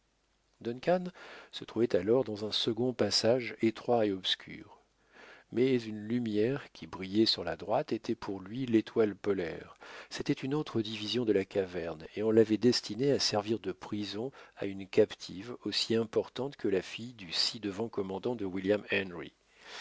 se trouvait alors dans un second passage étroit et obscur mais une lumière qui brillait sur la droite était pour lui l'étoile polaire c'était une autre division de la caverne et on l'avait destinée à servir de prison à une captive aussi importante que la fille du ci-devant commandant de william henry